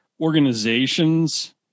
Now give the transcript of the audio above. organizations